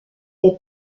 est